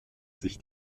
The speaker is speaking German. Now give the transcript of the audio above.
sich